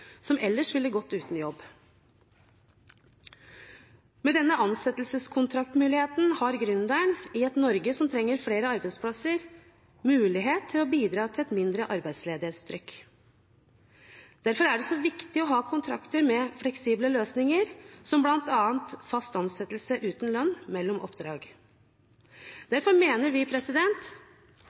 som ellers ville gått uten jobb. Med denne ansettelseskontraktmuligheten har gründeren, i et Norge som trenger flere arbeidsplasser, mulighet til å bidra til et mindre arbeidsledighetstrykk. Derfor er det så viktig å ha kontrakter med fleksible løsninger, som bl.a. fast ansettelse uten lønn mellom oppdrag. Derfor mener vi